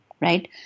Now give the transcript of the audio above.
right